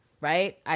Right